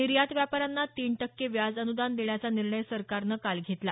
निर्यात व्यापाऱ्यांना तीन टक्के व्याज अनुदान देण्याचा निर्णय सरकारनं काल घेतला